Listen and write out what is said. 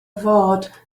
fod